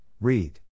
read